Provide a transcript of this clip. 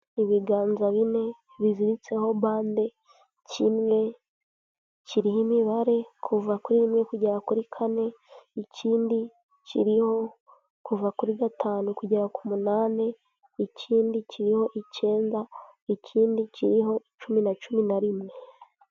Ibiganza bine biziritseho bande kimwe kiriho imibare, kuva kuri imwe kugera kuri kane, ikindi kiriho kuva kuri gatanu kugera ku munani, ikindi kiriho icyenda, ikindi kiriho icumi na cumi na rimwe.